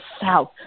south